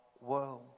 world